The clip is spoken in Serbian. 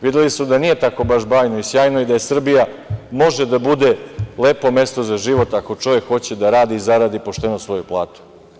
Videli su da nije baš tako bajno i sjajno i da Srbija može da bude lepo mesto za život ako čovek hoće da radi i zaradi pošteno svoju platu.